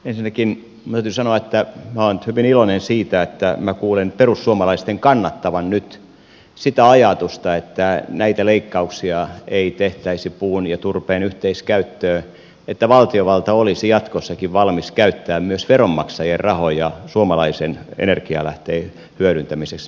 ensinnäkin minun täytyy sanoa että minä olen nyt hyvin iloinen siitä että minä kuulen perussuomalaisten kannattavan nyt sitä ajatusta että näitä leikkauksia ei tehtäisi puun ja turpeen yhteiskäyttöön että valtiovalta olisi jatkossakin valmis käyttämään myös veronmaksajien rahoja suomalaisen energialähteen hyödyntämisessä